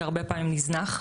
כי הרבה פעמים הוא נזנח.